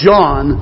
John